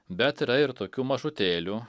bet yra ir tokių mažutėlių